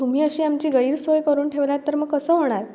तुम्ही अशी आमची गैरसोय करून ठेवला आहात तर मग कसं होणार